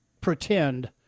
pretend